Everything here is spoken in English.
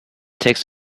takes